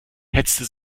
hetzte